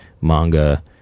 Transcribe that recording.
manga